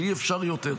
שאי-אפשר יותר.